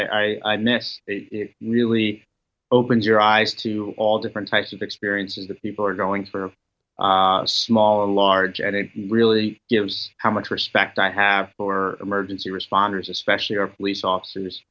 that i miss it really opens your eyes to all different types of experiences that people are going for small and large and it really gives how much respect i have for emergency responders especially our police office